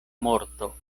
morto